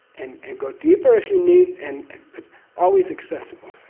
and and go deeper if you need, and but always accessible,